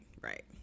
right